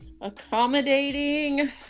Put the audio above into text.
accommodating